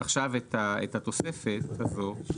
עכשיו את התוספת הזאת.